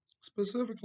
specifically